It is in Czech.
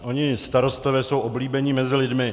Oni starostové jsou oblíbení mezi lidmi.